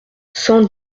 cent